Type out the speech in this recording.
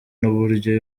n’uburyo